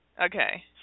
Okay